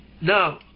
Now